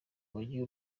yagize